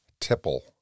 tipple